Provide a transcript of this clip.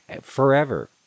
forever